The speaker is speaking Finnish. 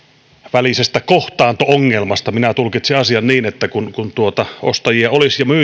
välisestä kohtaanto ongelmasta minä tulkitsen asian niin että kun ostajia olisi ja myyjiä